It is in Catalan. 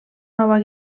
nova